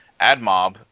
AdMob